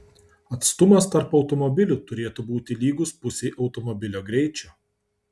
atstumas tarp automobilių turėtų būti lygus pusei automobilio greičio